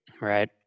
right